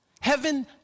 Heaven